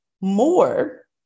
more